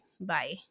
Bye